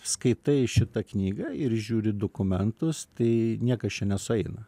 skaitai šitą knygą ir žiūri dokumentus tai niekas čia nesueina